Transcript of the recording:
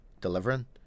delivering